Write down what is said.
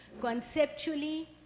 conceptually